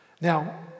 Now